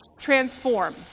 transform